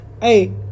Hey